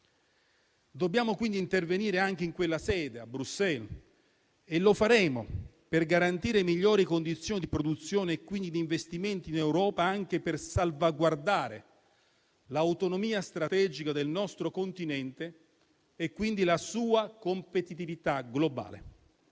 Dobbiamo quindi intervenire anche in quella sede, a Bruxelles, e lo faremo, per garantire migliori condizioni di produzione e quindi di investimento in Europa, anche per salvaguardare l'autonomia strategica del nostro continente e quindi la sua competitività globale.